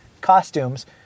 costumes